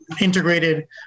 integrated